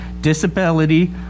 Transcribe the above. disability